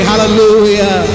Hallelujah